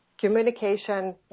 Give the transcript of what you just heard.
communication